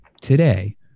Today